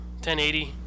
1080